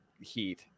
heat